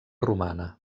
romana